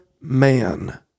man